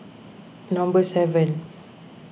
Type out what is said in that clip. number seven